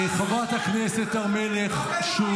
חברת הכנסת סון הר מלך.